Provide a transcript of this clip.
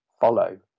follow